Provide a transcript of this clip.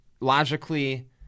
Logically